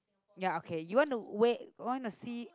ya okay you want to wait you wanna see